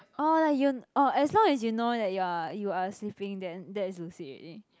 oh like you oh as long as know you that you are you are sleeping then that is lucid already